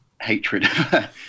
hatred